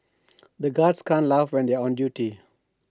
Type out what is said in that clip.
the guards can't laugh when they are on duty